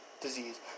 disease